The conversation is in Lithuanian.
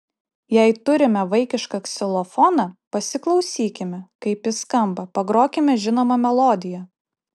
jei turime vaikišką ksilofoną pasiklausykime kaip jis skamba pagrokime žinomą melodiją